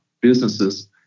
businesses